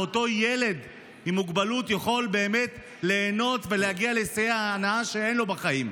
ואותו ילד עם מוגבלות יכול להגיע לשיאי הנאה שאין לו בחיים.